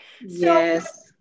Yes